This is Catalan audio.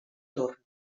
torn